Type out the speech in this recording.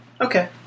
Okay